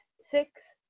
six